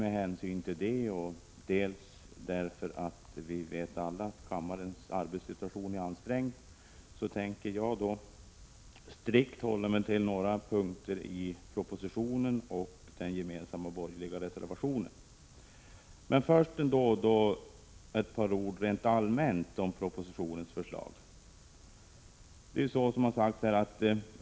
Men hänsyn till det och till att kammarens arbetssituation är ansträngd tänker jag strikt hålla mig till några punkter i propositionen och den gemensamma borgerliga reservationen. Jag vill först säga några ord rent allmänt om propositionens förslag.